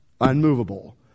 unmovable